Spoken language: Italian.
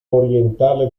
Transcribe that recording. orientale